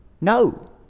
No